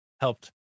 helped